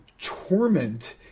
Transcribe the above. torment